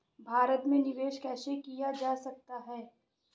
भारत में निवेश कैसे किया जा सकता है?